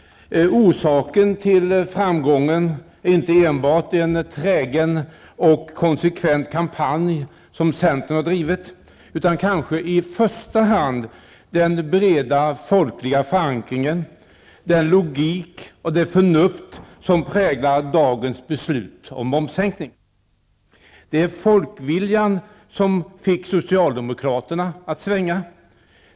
Orsaken till framgången är inte enbart en trägen och konsekvent kampanj, som centern har drivit, utan kanske i första hand den breda folkliga förankring, den logik och det förnuft som präglar dagens beslut om momssänkning. Det var folkviljan som fick socialdemokraterna att svänga.